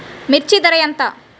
మిర్చి ధర ఎంత?